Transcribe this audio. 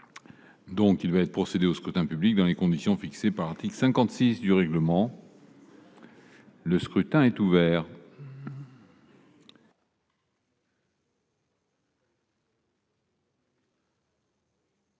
Il va être procédé au scrutin dans les conditions fixées par l'article 56 du règlement. Le scrutin est ouvert.